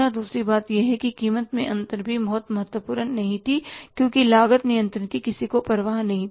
दूसरी बात यह है कि कीमत में अंतर भी बहुत महत्वपूर्ण नहीं थी क्योंकि लागत नियंत्रण की किसी को परवाह नही थी